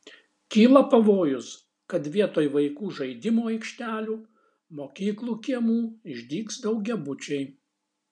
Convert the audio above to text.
kyla pavojus kad vietoj vaikų žaidimų aikštelių mokyklų kiemų išdygs daugiabučiai